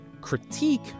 critique